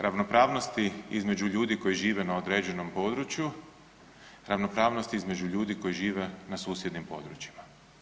Ravnopravnosti između ljudi koji žive na određenom području ravnopravnost između ljudi koji žive na susjednim područjima.